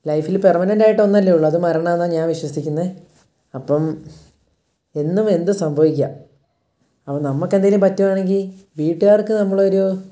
ലൈഫിൽ പെർമനൻ്റായിട്ടൊന്നല്ലേ ഉള്ളു അത് മരണമാണെന്നാണ് ഞാൻ വിശ്വസിക്കുന്നത് അപ്പം എന്നും എന്തും സംഭവിക്കാം അപ്പോൾ നമ്മൾക്കെന്തെങ്കിലും പറ്റുകയാണെങ്കിൽ വീട്ടുകാർക്ക് നമ്മളൊരു